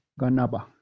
Ganaba